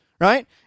right